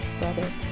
Brother